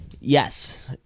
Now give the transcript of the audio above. Yes